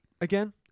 Again